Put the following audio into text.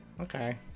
Okay